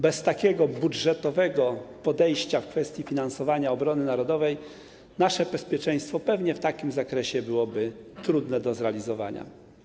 Bez takiego budżetowego podejścia w kwestii finansowania obrony narodowej nasze bezpieczeństwo pewnie w takim zakresie byłoby trudne do zrealizowania.